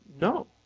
No